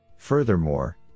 Furthermore